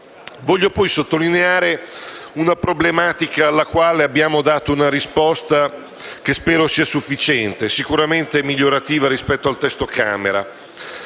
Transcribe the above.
Voglio poi sottolineare una problematica alla quale abbiamo dato una risposta che spero sia sufficiente (sicuramente è migliorativa rispetto al testo Camera).